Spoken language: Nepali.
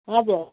हजुर